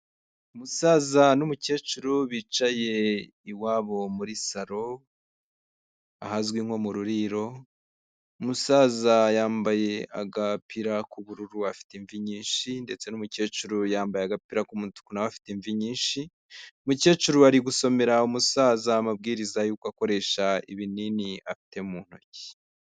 Umusaza n'umukecuru bicaye iwabo muri salo, ahazwi nko mu ruriro, umusaza yambaye agapira k'ubururu afite imvi nyinshi ndetse n'umukecuru yambaye agapira k'umutuku na we afite imvi nyinshi, umukecuru ari gusomera umusaza amabwiriza yuko akoresha ibinini afite mu ntoki.